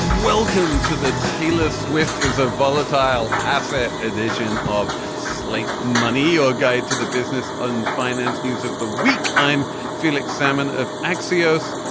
welcome to the taylor swift is a volatile asset edition of sleep money, your guide to the business unfinanced news of the week i'm felix salmon of axios.